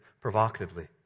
provocatively